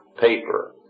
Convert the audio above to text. paper